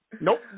Nope